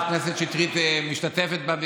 אני שמח שחברת הכנסת שטרית משתתפת בוויכוח,